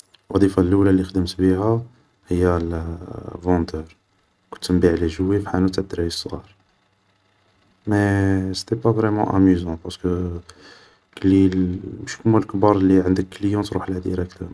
الوضيفة اللولة اللي خدمت فيها هي فوندور, كنت نبيع لي جوي في حانوت تاع دراري صغار, مي سيتي با فريمون اميزون, بارسكو كلي ماشي كيما لكبار اللي عندك كليون تروحله ديراكتومون